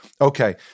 Okay